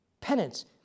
Penance